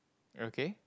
okay